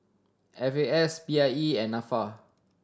F A S P I E and Nafa